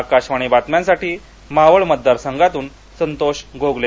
आकाशवाणी बातम्यांसाठी मावळ मतदारसंघातून संतोष गोगले